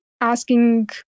asking